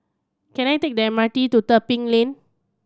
can I take the M R T to Tebing Lane